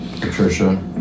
Patricia